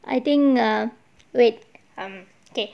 I think err wait um okay